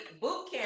bootcamp